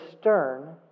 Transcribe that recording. stern